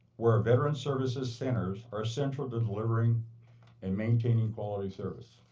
where veteran service centers are central to delivering and maintaining quality service.